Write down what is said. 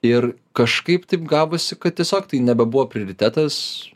ir kažkaip taip gavosi kad tiesiog tai nebebuvo prioritetas